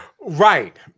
Right